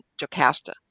Jocasta